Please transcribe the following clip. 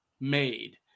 made